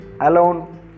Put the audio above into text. alone